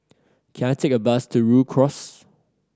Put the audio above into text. can I take a bus to Rhu Cross